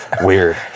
weird